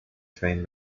train